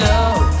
Love